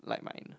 like mine